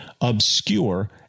obscure